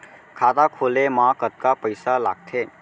खाता खोले मा कतका पइसा लागथे?